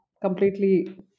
completely